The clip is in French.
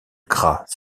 gras